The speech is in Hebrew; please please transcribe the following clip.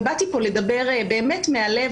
ובאתי לפה לדבר מהלב,